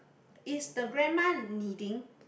is the grandma knitting